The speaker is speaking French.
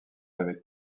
avec